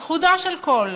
על חודו של קול,